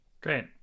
Great